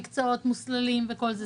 מקצועות מוסללים וכולי.